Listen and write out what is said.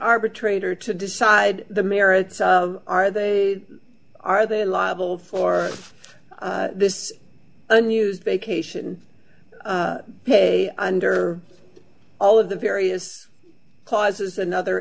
arbitrator to decide the merits are they are there liable for this unused vacation pay under all of the various causes another